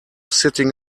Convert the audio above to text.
sitting